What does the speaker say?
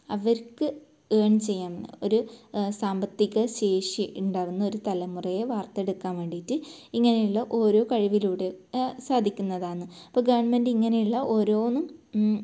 അവർക്ക് ഏൺ ചെയ്യാവുന്ന ഒരു സാമ്പത്തിക ശേഷി ഉണ്ടാവുന്ന ഒരു തലമുറയെ വാർത്തെടുക്കാൻ വേണ്ടീട്ട് ഇങ്ങനെയുള്ള ഓരോ കഴിവിലൂടെ സാധിക്കുന്നതാന്ന് അപ്പോൾ ഗവൺമെൻറ് ഇങ്ങനെയുള്ള ഓരോന്നും